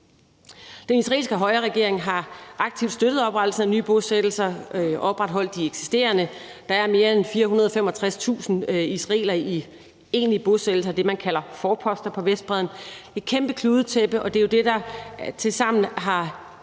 Den israelske højreregering har aktivt støttet oprettelsen af nye bosættelser og opretholdt de eksisterende. Der er mere end 465.000 israelere i egentlige bosættelser – det, man kalder forposter på Vestbredden, et kæmpe kludetæppe – og det er jo det, der er